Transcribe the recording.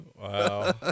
wow